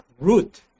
root